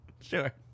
Sure